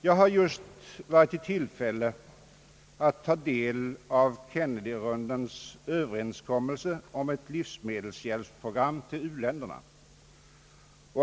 Jag har just varit i tillfälle att ta del av Kennedyrundans överenskommelse om ett livsmedelshjälpsprogram för uländerna.